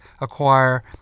acquire